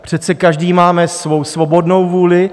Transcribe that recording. Přece každý máme svou svobodnou vůli.